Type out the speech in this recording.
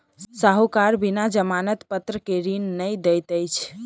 साहूकार बिना जमानत पत्र के ऋण नै दैत अछि